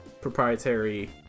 proprietary